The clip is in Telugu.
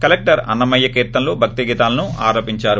కలెక్టర్ అన్నమయ్య కీర్తనలు భక్తి గీతాలను ఆలపించారు